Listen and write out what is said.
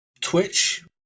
Twitch